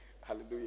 Hallelujah